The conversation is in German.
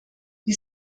die